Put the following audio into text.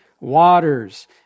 waters